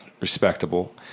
respectable